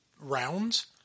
rounds